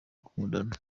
bakundana